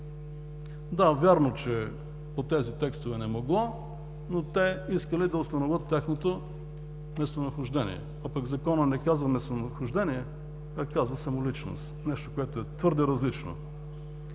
Да, вярно, че по тези текстове не могло, но те искали да установят тяхното местонахождение, а пък Законът не казва „местонахождение“, а казва „самоличност“ – нещо, което е твърде различно.